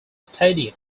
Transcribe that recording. stadium